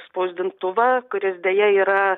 spausdintuvą kuris deja yra